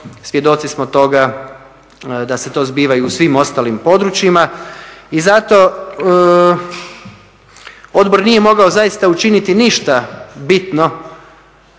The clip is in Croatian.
svjedoci smo toga da se to zbiva i u svim ostalim područjima i zato odbor nije mogao zaista učiniti ništa bitno